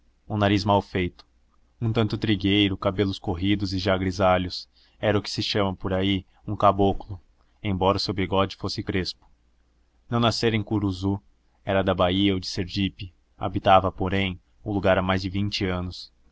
o nariz malfeito um tanto trigueiro cabelos corridos e já grisalhos era o que se chama por aí um caboclo embora o seu bigode fosse crespo não nascera em curuzu era da bahia ou de sergipe habitava porém o lugar há mais de vinte anos